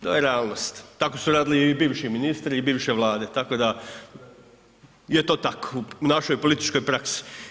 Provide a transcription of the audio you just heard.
To je realnost, tako su radili i bivši ministri i bivše Vlade, tako da je to tako u našoj političkoj praksi.